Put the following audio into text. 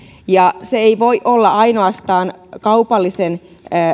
se ei voi olla ainoastaan kaupallisten